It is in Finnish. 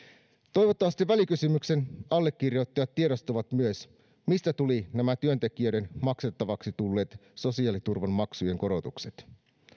toivottavasti välikysymyksen allekirjoittajat tiedostavat myös mistä tulivat nämä työntekijöiden maksettavaksi tulleet sosiaaliturvamaksujen korotukset